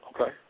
Okay